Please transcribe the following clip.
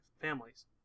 families